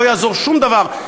לא יעזור שום דבר.